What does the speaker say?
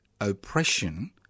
oppression